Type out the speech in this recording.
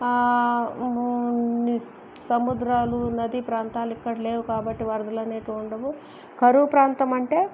సముద్రాలు నదీ ప్రాంతాలు ఇక్కడ లేవు కాబట్టి వరదలు అనేటివి ఉండవు కరువు ప్రాంతం అంటే